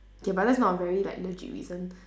okay but that's not a very like legit reason